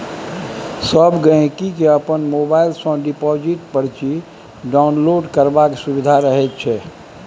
सब गहिंकी केँ अपन मोबाइल सँ डिपोजिट परची डाउनलोड करबाक सुभिता रहैत छै